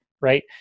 right